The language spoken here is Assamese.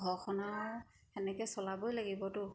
ঘৰখন আৰু সেনেকৈ চলাবই লাগিবতো